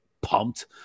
pumped